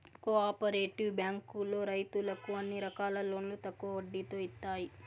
co operative బ్యాంకులో రైతులకు అన్ని రకాల లోన్లు తక్కువ వడ్డీతో ఇత్తాయి